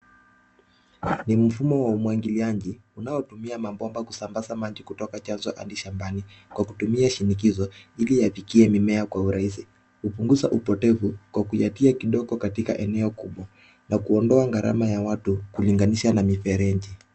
Ni mfumo wa umwagiliaji unaotumia mabomba kusambaza maji kutoka chanzo hadi shambani kwa kutumia shinikizo ili yafikie mimea kwa urahisi. Upunguza upotevu kwa kuyatia kidogo katika eneo kubwa na kuondoa gharama ya watu kulinganisha na mifereji.